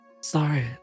Sorry